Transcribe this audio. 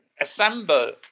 assemble